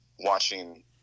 watching